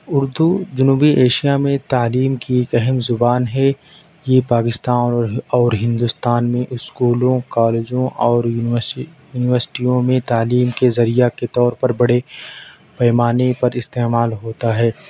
اردو جنوبی ایشیا میں تعلیم کی ایک اہم زبان ہے یہ پاکستان او اور ہندوستان میں اسکولوں کالجوں اور یونیورسٹیوں میں تعلیم کے ذریعہ کے طور پر بڑے پیمانے پر استعمال ہوتا ہے